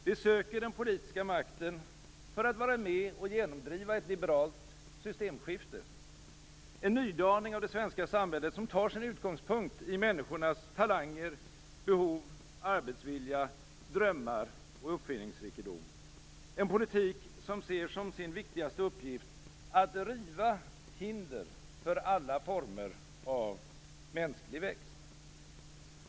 Vi söker den politiska makten för att vara med och genomdriva ett liberalt systemskifte, en nydaning av det svenska samhället, som tar sin utgångspunkt i människornas talanger, behov, arbetsvilja, drömmar och uppfinningsrikedom - en politik som ser som sin viktigaste uppgift att riva hinder för alla former av mänsklig växt.